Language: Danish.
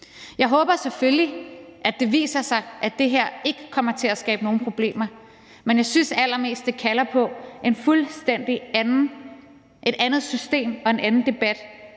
Jeg håber selvfølgelig, at det viser sig, at det her ikke kommer til at skabe nogle problemer, men jeg synes allermest, at det kalder på et fuldstændig andet system og en anden debat